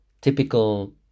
typical